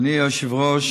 אדוני היושב-ראש,